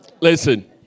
Listen